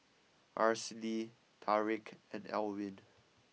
Aracely Tariq and Elwyn